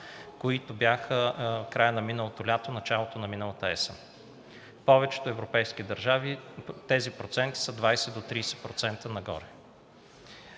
които бяха в края на миналото лято – началото на миналата есен. В повечето европейски държави тези проценти са 20 до 30% нагоре.